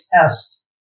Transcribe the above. test